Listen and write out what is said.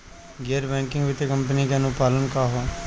गैर बैंकिंग वित्तीय कंपनी के अनुपालन का ह?